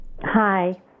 Hi